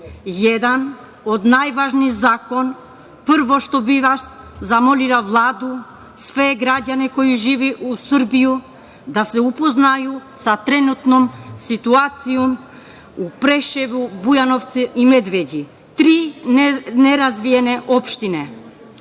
jedan od najvažnijih zakona. Prvo što bih zamolila Vladu, sve građane koji žive u Srbiji, da se upoznaju sa trenutnom situacijom u Preševu, Bujanovcu i Medveđi. Tri nerazvijene opštine.